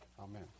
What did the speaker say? Amen